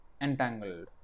entangled